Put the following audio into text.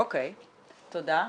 אוקיי, תודה.